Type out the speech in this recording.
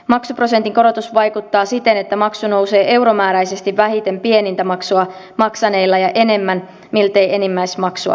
maksuprosentin korotus vaikuttaa siten että maksu nousee euromääräisesti vähiten pienintä maksua maksaneilla ja enemmän miltei enimmäismaksua maksaneilla